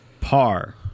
par